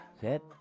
set